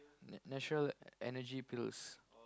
nat~ natural Energy Pills